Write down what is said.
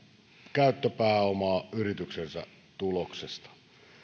käyttöpääomaa yrityksensä tuloksesta